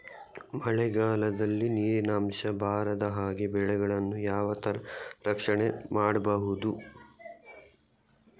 ಮಳೆಗಾಲದಲ್ಲಿ ನೀರಿನ ಅಂಶ ಬಾರದ ಹಾಗೆ ಬೆಳೆಗಳನ್ನು ಯಾವ ತರ ರಕ್ಷಣೆ ಮಾಡ್ಬಹುದು?